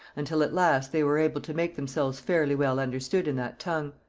until at last they were able to make themselves fairly well understood in that tongue.